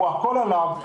הכול עליו,